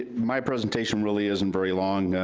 my presentation really isn't very long,